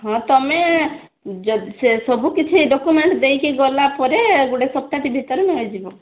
ହଁ ତୁମେ ଯଦି ସେସବୁ କିଛି ଡ଼କ୍ୟୁମେଣ୍ଟ ଦେଇକି ଗଲାପରେ ଗୋଟେ ସପ୍ତାହଟେ ଭିତରେ ମିଳିଯିବ